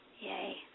Yay